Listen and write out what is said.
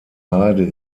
heide